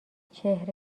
چهره